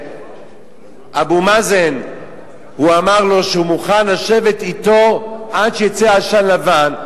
שאבו מאזן אמר לו שהוא מוכן לשבת אתו עד שיצא עשן לבן,